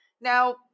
Now